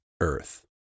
earth